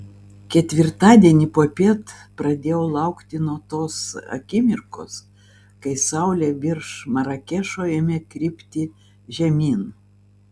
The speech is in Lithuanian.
ketvirtadienį popiet pradėjau laukti nuo tos akimirkos kai saulė virš marakešo ėmė krypti žemyn